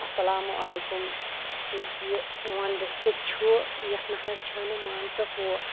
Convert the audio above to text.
اسَلامُ علیکُم یُس یہِ سون ڈسٹرک چھُ یَتھ نہ حظ چھَنہٕ مان ژٕ ہُہ